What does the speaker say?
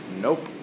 Nope